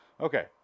Okay